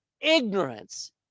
ignorance